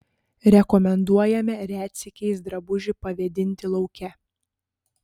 rekomenduojame retsykiais drabužį pavėdinti lauke